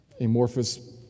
amorphous